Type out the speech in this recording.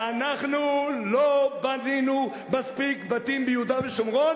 אנחנו לא בנינו מספיק בתים ביהודה ושומרון